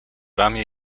ramię